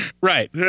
Right